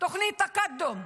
תכנית תקאדום,